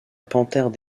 panthère